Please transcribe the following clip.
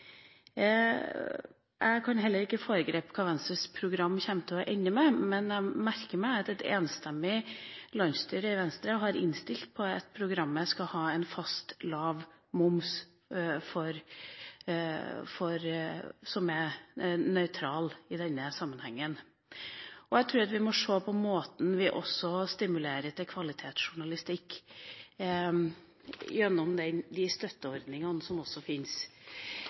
Jeg kan heller ikke foregripe hva Venstres program kommer til å ende med, men jeg merker meg at et enstemmig landsstyre i Venstre har innstilt på at programmet skal ha en fast, lav moms som er nøytral i denne sammenhengen. Jeg tror vi må se på måten vi også stimulerer til kvalitetsjournalistikk gjennom de støtteordningene som